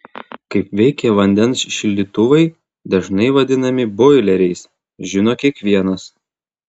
kaip veikia vandens šildytuvai dažnai vadinami boileriais žino kiekvienas